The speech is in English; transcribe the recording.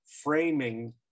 framing